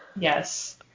Yes